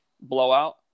blowout